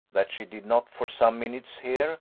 that she did not for some minutes hear,